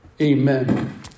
Amen